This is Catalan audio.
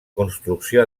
construcció